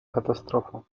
katastrofą